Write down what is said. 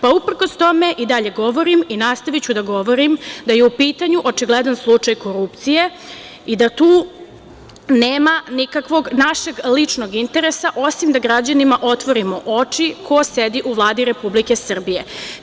Pa uprkos tome, i dalje govorim i nastaviću da govorim da je u pitanju očigledan slučaj korupcije i da tu nema nikakvog našeg ličnog interesa, osim da građanima otvorimo oči ko sedi u Vladi Republike Srbije.